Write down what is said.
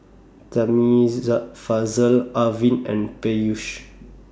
Arvind and Peyush